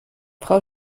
frau